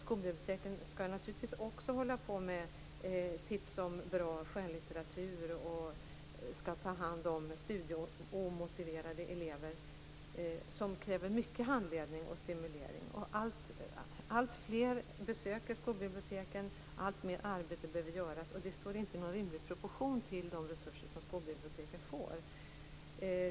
Skolbiblioteken skall ju naturligtvis också hålla på med tips på bra skönlitteratur, och de skall ta hand om studieomotiverade elever som kräver mycket handledning och stimulans. Alltfler besöker skolbiblioteken och alltmer arbete behöver utföras, men detta står inte i någon rimlig proportion till de resurser skolbiblioteken får.